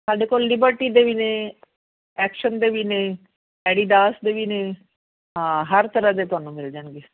ਸਾਡੇ ਕੋਲ ਲਿਬਰਟੀ ਦੇ ਵੀ ਨੇ ਐਕਸ਼ਨ ਦੇ ਵੀ ਨੇ ਐਡੀਡਾਸ ਦੇ ਵੀ ਨੇ ਹਾਂ ਹਰ ਤਰ੍ਹਾਂ ਦੇ ਤੁਹਾਨੂੰ ਮਿਲ ਜਾਣਗੇ